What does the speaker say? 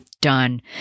done